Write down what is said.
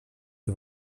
der